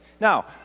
Now